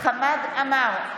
חמד עמאר,